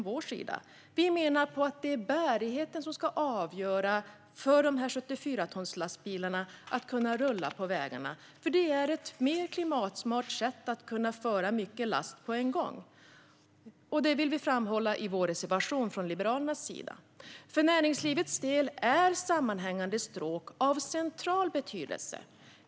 Vi menar i stället att det är bärigheten som ska avgöra om 74-tonslastbilarna ska kunna rulla på vägarna. Det är ett mer klimatsmart sätt att kunna frakta mycket last på en gång. Det vill vi från Liberalerna framhålla i vår reservation. För näringslivets del är sammanhängande stråk av central betydelse.